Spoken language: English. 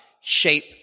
shape